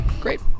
great